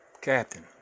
captain